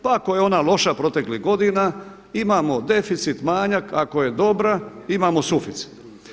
Pa ako je ona loša proteklih godina imamo deficit manjak, ako je dobra imamo suficit.